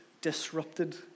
disrupted